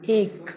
एक